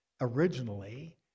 originally